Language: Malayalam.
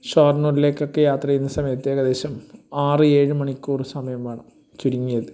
ഷോർണൂരിലേക്കൊക്കെ യാത്ര ചെയ്യുന്ന സമയത്ത് ഏകദേശം ആറ് ഏഴ് മണിക്കൂറ് സമയം വേണം ചുരുങ്ങിയത്